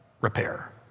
repair